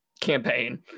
campaign